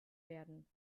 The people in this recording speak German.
werden